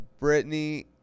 Britney